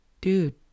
dude